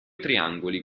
triangoli